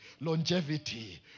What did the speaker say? Longevity